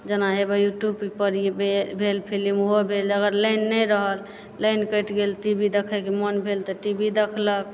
जेना हे ओएह यूट्यूब पर भेल फिलिम ओहो भेल अगर लाइन नहि रहल लाइन कटि गेल टी भी देखैके मोन भेल तऽ टी भी देखलक